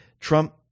Trump